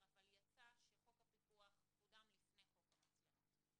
אבל יצא שחוק הפיקוח קודם לפני חוק המצלמות,